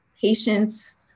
patients